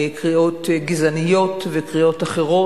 קריאות גזעניות וקריאות אחרות.